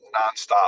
nonstop